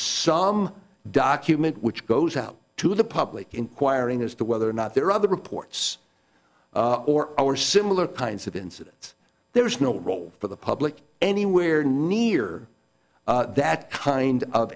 some document which goes out to the public inquiring as to whether or not there are other reports or our similar kinds of incidents there is no role for the public anywhere near that kind of